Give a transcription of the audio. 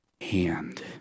hand